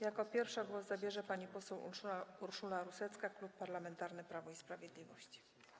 Jako pierwsza głos zabierze pani poseł Urszula Rusecka, Klub Parlamentarny Prawo i Sprawiedliwość.